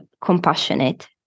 compassionate